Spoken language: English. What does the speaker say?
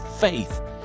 faith